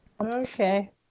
Okay